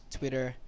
Twitter